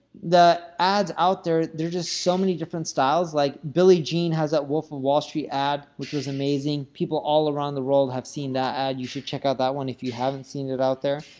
the out there, they're just so many different styles, like billy jean has that wolf of wall street ad, which was amazing, people all around the world have seen that ad, you should check out that one if you haven't seen it out there.